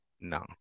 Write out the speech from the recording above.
no